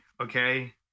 okay